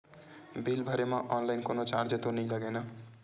Bill भरे मा online कोनो चार्ज तो नई लागे ना?